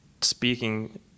speaking